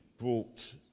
brought